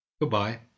Goodbye